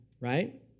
right